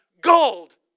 gold